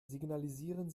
signalisieren